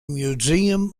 museum